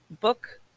book